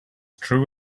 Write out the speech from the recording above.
true